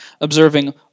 observing